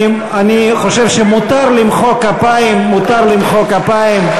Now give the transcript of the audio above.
אני חושב שמותר למחוא כפיים, מותר למחוא כפיים.